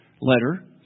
letter